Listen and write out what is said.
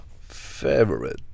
favorite